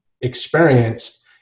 experienced